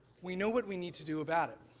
we know what we need to do about it.